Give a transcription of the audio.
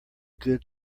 good